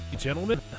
gentlemen